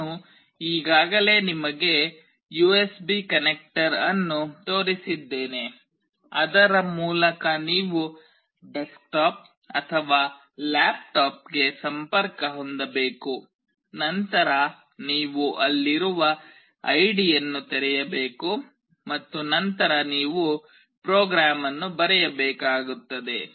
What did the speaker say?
ನಾನು ಈಗಾಗಲೇ ನಿಮಗೆ ಯುಎಸ್ಬಿ ಕನೆಕ್ಟರ್ ಅನ್ನು ತೋರಿಸಿದ್ದೇನೆ ಅದರ ಮೂಲಕ ನೀವು ಡೆಸ್ಕ್ಟಾಪ್ ಅಥವಾ ಲ್ಯಾಪ್ಟಾಪ್ಗೆ ಸಂಪರ್ಕ ಹೊಂದಬೇಕು ನಂತರ ನೀವು ಅಲ್ಲಿರುವ ಐಡಿಯನ್ನು ತೆರೆಯಬೇಕು ಮತ್ತು ನಂತರ ನೀವು ಪ್ರೋಗ್ರಾಂ ಅನ್ನು ಬರೆಯಬೇಕಾಗುತ್ತದೆ